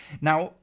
now